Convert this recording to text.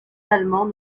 allemands